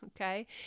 Okay